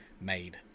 made